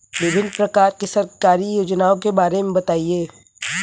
विभिन्न प्रकार की सरकारी योजनाओं के बारे में बताइए?